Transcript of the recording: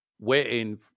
waiting